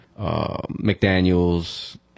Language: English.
McDaniel's